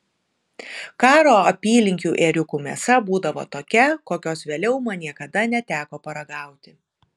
karo apylinkių ėriukų mėsa būdavo tokia kokios vėliau man niekada neteko paragauti